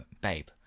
babe